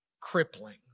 crippling